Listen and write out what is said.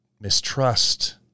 mistrust